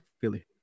Philly